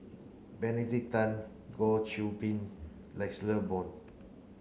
Benedict Tan Goh Qiu Bin